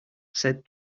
said